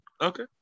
Okay